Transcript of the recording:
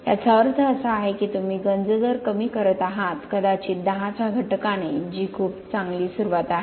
याचा अर्थ असा आहे की तुम्ही गंज दर कमी करत आहात कदाचित 10 च्या घटकाने जी खूप चांगली सुरुवात आहे